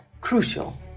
crucial